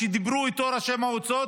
שדיברו איתו ראשי המועצות